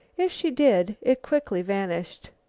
if she did, it quickly vanished.